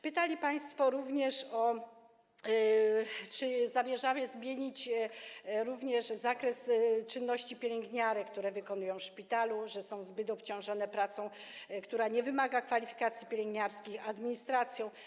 Pytali państwo również o to, czy zamierzamy zmienić zakres czynności pielęgniarek, które wykonują w szpitalu, gdyż są zbyt obciążone pracą, która nie wymaga kwalifikacji pielęgniarskich, administracją.